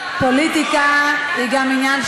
בצבא האמריקני,